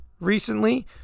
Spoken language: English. recently